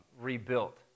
rebuilt